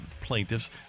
plaintiffs